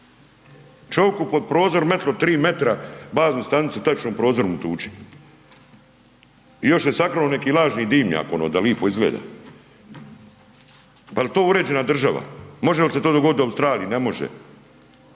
Čovjeku pod prozor metilo tri metra baznu stanicu tačno u prozor mu tuče i još se sakrilo neki lažni dimnjak ono da lipo izgleda. Pa jel to uređena država? Može li se to dogoditi u Australiji? Ne može.